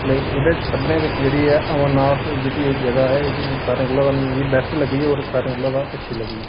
लेकिन उंदे सभनें बिच्च जेह्ड़ी ऐ अमरनाथ जेह्की जगह ऐ एह् सारें कोला मिगी बैस्ट लग्गी होर सारें कोला ज्यादा अच्छी लग्गी ऐ